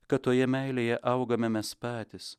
kad toje meilėje augame mes patys